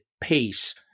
pace